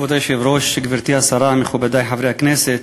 כבוד היושב-ראש, גברתי השרה, מכובדי חברי הכנסת,